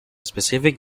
specific